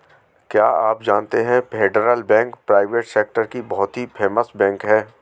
क्या आप जानते है फेडरल बैंक प्राइवेट सेक्टर की बहुत ही फेमस बैंक है?